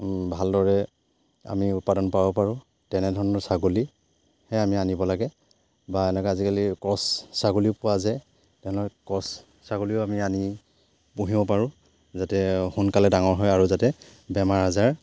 ভালদৰে আমি উৎপাদন পাব পাৰোঁ তেনেধৰণৰ ছাগলীহে আমি আনিব লাগে বা এনেকে আজিকালি ক্ৰছ ছাগলীও পোৱা যায় তেনেকুৱা ক্ৰছ ছাগলীও আমি আনি পুহিব পাৰোঁ যাতে সোনকালে ডাঙৰ হয় আৰু যাতে বেমাৰ আজাৰ